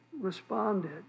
responded